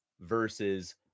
versus